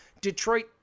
Detroit –